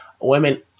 women